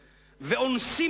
ואונסים,